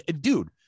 dude